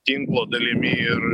tinklo dalimi ir